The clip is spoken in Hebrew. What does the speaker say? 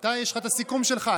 אתה יש לך את הסיכום שלך.